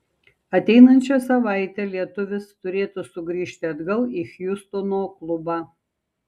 ateinančią savaitę lietuvis turėtų sugrįžti atgal į hjustono klubą